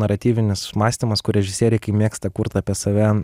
naratyvinis mąstymas kur režisieriai mėgsta kurt apie save